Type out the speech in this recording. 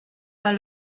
pas